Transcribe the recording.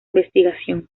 investigación